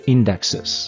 Indexes